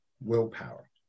willpower